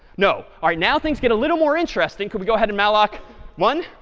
no. ah now things get a little more interesting. could we go ahead and malloc one?